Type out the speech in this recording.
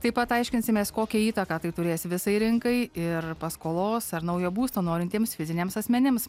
taip pat aiškinsimės kokią įtaką tai turės visai rinkai ir paskolos ar naujo būsto norintiems fiziniams asmenims